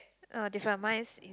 uh different mine is